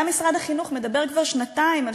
גם משרד החינוך מדבר כבר שנתיים על